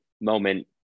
moment